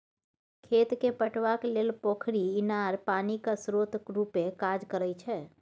खेत केँ पटेबाक लेल पोखरि, इनार पानिक स्रोत रुपे काज करै छै